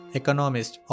economist